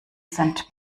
sind